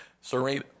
Serena